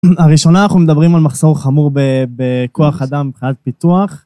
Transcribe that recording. הראשונה אנחנו מדברים על מחסור חמור בכוח אדם מבחינת פיתוח.